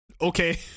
Okay